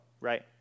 Right